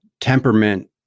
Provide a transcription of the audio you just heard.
temperament